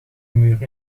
muur